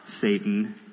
Satan